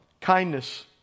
kindness